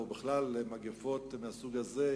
או בכלל במגפות מהסוג הזה,